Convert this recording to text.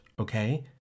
okay